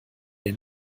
der